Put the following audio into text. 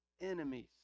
enemies